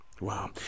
wow